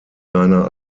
seiner